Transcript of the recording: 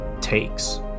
takes